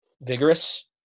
vigorous